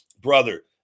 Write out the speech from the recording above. Brother